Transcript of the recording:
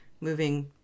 moving